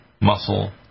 muscle